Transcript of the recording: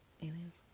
Aliens